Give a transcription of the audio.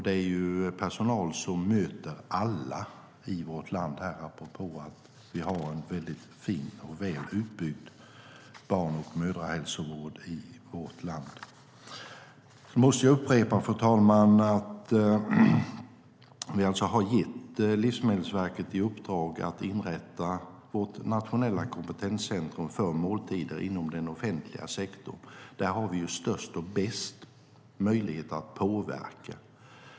Det är personal som möter alla i vårt land, apropå att vi har en fin och väl utbyggd barn och mödrahälsovård. Fru talman! Jag måste upprepa att vi har gett Livsmedelsverket i uppdrag att inrätta vårt nationella kompetenscentrum för måltider inom den offentliga sektorn. Där har vi störst och bäst möjligheter att påverka.